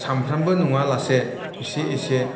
सामफ्रामबो नङा लासे इसे इसे